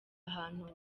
ahantu